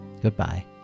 Goodbye